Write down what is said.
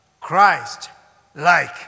Christ-like